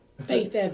faith